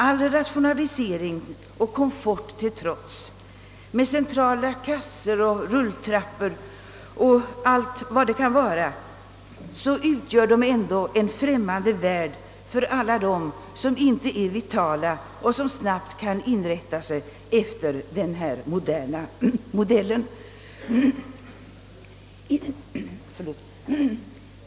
All rationalisering och komfort till trots, men med sina centrala kassor och rulltrappor och allt vad det kan vara utgör varuhusen ändå en främmande värld för alla dem som inte är vitala och som inte snabbt kan inrätta sig efter den moderna modellen.